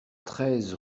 treize